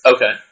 Okay